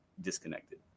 disconnected